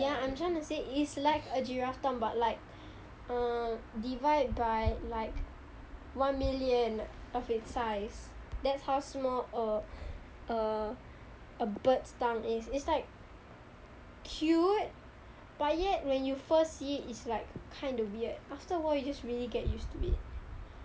ya I'm tryna say it's like a giraffe tongue but like uh divide by like one million of it's size that's how small a a birds tongue is is like cute but yet when you first see it is like kinda weird after awhile you just really get used to it